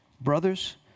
brothers